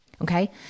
Okay